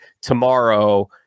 tomorrow